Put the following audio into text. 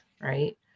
right